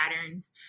patterns